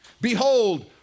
Behold